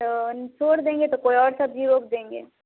छोड़ देंगे तो कोई और सब्ज़ी रोप देंगे